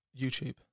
youtube